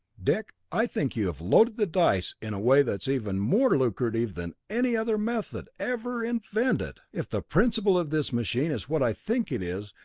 dick, i think you have loaded the dice in a way that is even more lucrative than any other method ever invented! if the principle of this machine is what i think it is,